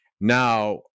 Now